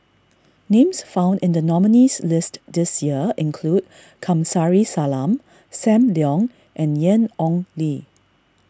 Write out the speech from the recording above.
names found in the nominees' list this year include Kamsari Salam Sam Leong and Ian Ong Li